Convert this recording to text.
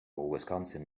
wisconsin